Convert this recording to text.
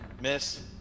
miss